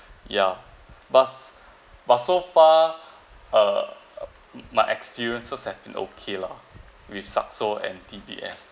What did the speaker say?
ya but but so far uh my experiences has been okay la with Saxo and D_B_S